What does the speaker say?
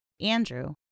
Andrew